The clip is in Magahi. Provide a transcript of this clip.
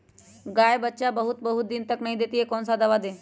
गाय बच्चा बहुत बहुत दिन तक नहीं देती कौन सा दवा दे?